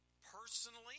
personally